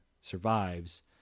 survives